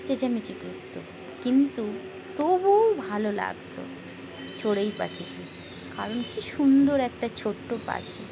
চেঁচেমেচি করত কিন্তু তবুও ভালো লাগতো চড়ুই পাখিকে কারণ কি সুন্দর একটা ছোট্ট পাখি